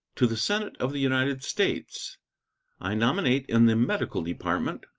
to the senate of the united states i nominate in the medical department,